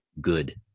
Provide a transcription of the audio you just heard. good